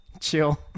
Chill